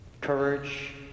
courage